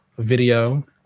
video